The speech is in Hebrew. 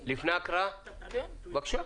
בבקשה.